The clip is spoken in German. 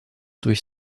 durch